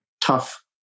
tough